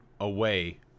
away